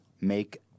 make